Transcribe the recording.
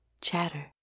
chatter